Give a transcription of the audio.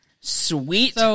sweet